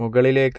മുകളിലേക്ക്